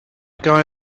guy